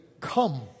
Come